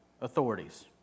authorities